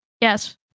Yes